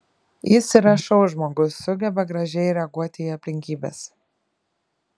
jis yra šou žmogus sugeba gražiai reaguoti į aplinkybes